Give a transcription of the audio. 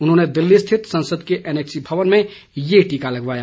उन्होंने दिल्ली स्थित संसद के एनैक्सी भवन में ये टीका लगवाया